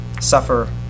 suffer